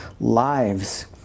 lives